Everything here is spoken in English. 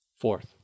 Fourth